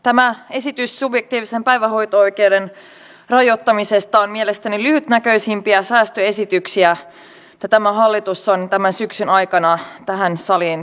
tämä esitys subjektiivisen päivähoito oikeuden rajoittamisesta on mielestäni lyhytnäköisimpiä säästöesityksiä mitä tämä hallitus on tämän syksyn aikana tähän saliin tuonut